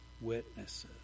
witnesses